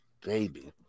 baby